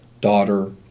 daughter